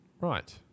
Right